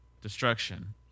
destruction